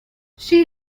she